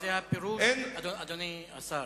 אדוני השר,